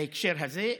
בהקשר הזה.